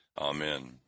Amen